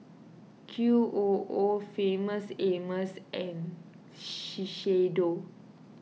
Q O O Famous Amos and Shiseido